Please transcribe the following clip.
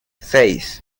seis